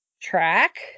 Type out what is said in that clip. Track